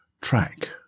track